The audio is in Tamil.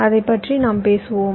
அதை பற்றி நாம் பேசுவோம்